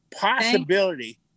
Possibility